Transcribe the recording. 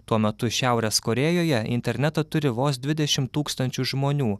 tuo metu šiaurės korėjoje internetą turi vos dvidešimt tūkstančių žmonių